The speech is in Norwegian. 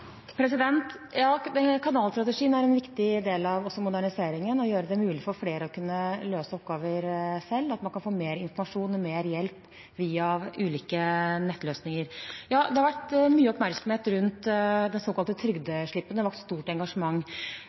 Kanalstrategien er en viktig del av moderniseringen: å gjøre det mulig for flere å kunne løse oppgaver selv, at man kan få mer informasjon og mer hjelp via ulike nettløsninger. Det har vært mye oppmerksomhet rundt de såkalte trygdeslippene. Det har vakt stort engasjement.